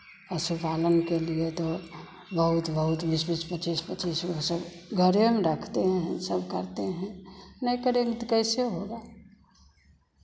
पशु पालन के लिए तो बहुत बहुत बीच बीच में चीज़ सब चीज़ सब घरे में रखते हैं सब करते हैं नहीं करेंगे तो कैसे होगा